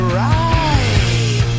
right